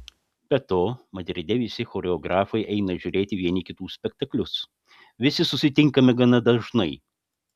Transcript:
be to madride visi choreografai eina žiūrėti vieni kitų spektaklius visi susitinkame gana dažnai